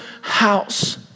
house